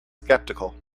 skeptical